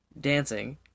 dancing